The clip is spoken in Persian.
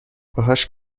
باهاش